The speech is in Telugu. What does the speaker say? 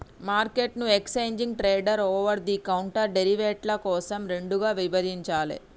మార్కెట్ను exchange traded, over the counter డెరివేటివ్ల కోసం రెండుగా విభజించాలే